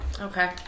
Okay